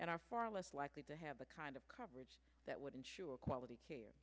and are far less likely to have the kind of coverage that would ensure quality care